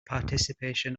participation